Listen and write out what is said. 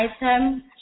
item